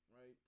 right